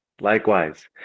Likewise